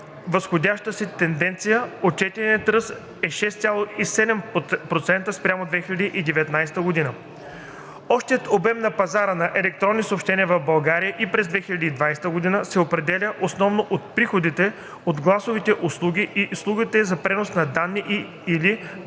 възходящата си тенденция – отчетеният ръст е с 6,7% спрямо 2019 г. Общият обем на пазара на електронни съобщения в България и през 2020 г. се определя основно от приходите от гласовите услуги и услугите за пренос на данни и/или достъп